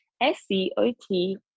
s-c-o-t